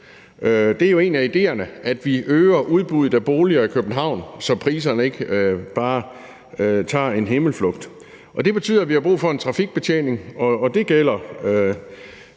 Det er jo en af idéerne, at vi øger udbuddet af boliger i København, så priserne ikke bare tager en himmelflugt. Og det betyder, at vi har brug for en trafikbetjening, og det gælder